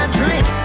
drink